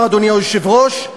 אדוני היושב-ראש,